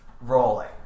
rolling